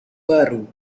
baru